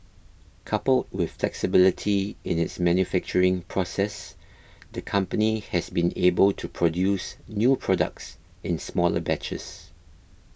coupled with flexibility in its manufacturing process the company has been able to produce new products in smaller batches